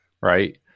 right